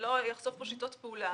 לא אחשוף פה שיטות פעולה.